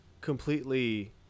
completely